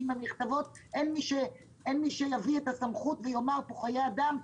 ואם הן נכתבות אין את בעל הסמכות שיאמר: זה חיי אדם,